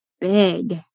big